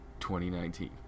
2019